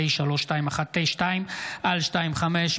פ/3212/25,